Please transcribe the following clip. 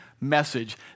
message